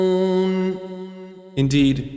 indeed